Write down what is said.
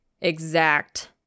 exact